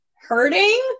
hurting